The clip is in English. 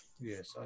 Yes